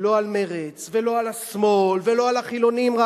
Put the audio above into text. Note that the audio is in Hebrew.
לא על מרצ ולא על השמאל ולא על החילונים רק.